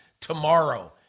tomorrow